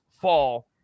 fall